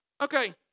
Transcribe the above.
Okay